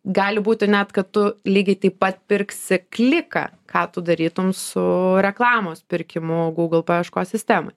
gali būti net kad tu lygiai taip pat pirksi kliką ką tu darytum su reklamos pirkimu google paieškos sistemoj